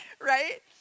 right